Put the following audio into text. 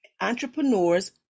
entrepreneurs